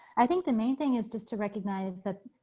i think the main thing is just to recognize that